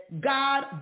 God